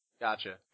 Gotcha